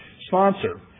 Sponsor